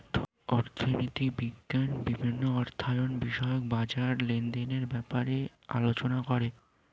অর্থনীতি বিজ্ঞান বিভিন্ন অর্থায়ন বিষয়ক বাজার লেনদেনের ব্যাপারে আলোচনা করে